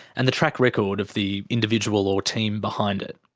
and the track record of the individual or team behind it.